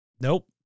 nope